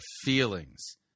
feelings